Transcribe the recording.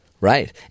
right